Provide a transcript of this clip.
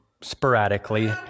sporadically